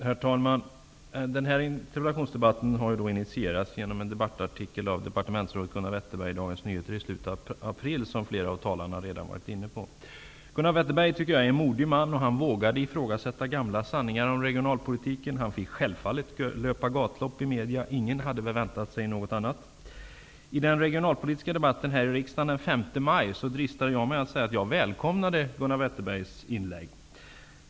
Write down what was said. Herr talman! Den här interpellationsdebatten har initierats genom en debattartikel av departementsrådet Gunnar Wetterberg i Dagens Nyheter i slutet av april, som talarna redan varit inne på. Gunnar Wetterberg är en modig man och vågade ifrågasätta gamla sanningar om regionalpolitiken. Han fick självfallet löpa gatlopp i medierna -- ingen hade väl förväntat sig något annat. I den regionalpolitiska debatten här i riksdagen den 5 maj dristade jag mig att säga att jag välkomnade Gunnar Wetterbergs inlägg.